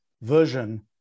version